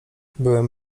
byłem